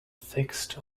fixed